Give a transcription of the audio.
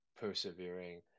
persevering